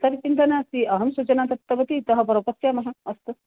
तर्हि चिन्ता नास्ति अहं सूचनां दत्तवती इतः परं पश्यामः अस्तु